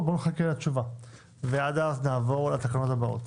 נחכה לתשובה ועד אז נעבור לתקנות הבאות.